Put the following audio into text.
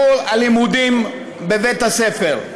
עבור הלימודים בבית הספר.